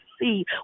see